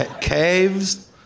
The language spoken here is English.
Caves